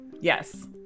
yes